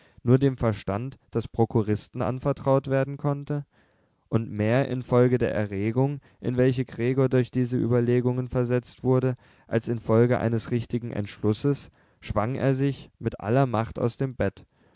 nur dem verstand des prokuristen anvertraut werden konnte und mehr infolge der erregung in welche gregor durch diese überlegungen versetzt wurde als infolge eines richtigen entschlusses schwang er sich mit aller macht aus dem bett